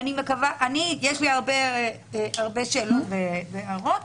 יש לי הרבה שאלות והערות,